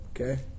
okay